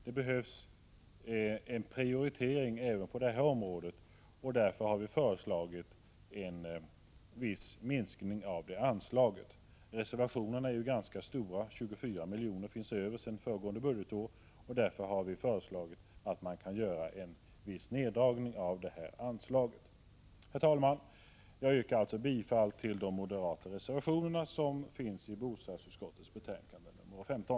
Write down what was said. Det behövs en prioritering även på detta område, och därför har vi föreslagit en viss minskning av anslaget. Reservationerna är ju ganska stora, och 24 milj.kr. finns över sedan föregående budgetår. Därför har vi föreslagit en viss neddragning av detta anslag. Herr talman! Jag yrkar bifall till de moderata reservationerna i bostadsutskottets betänkande 15.